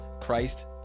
christ